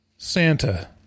Santa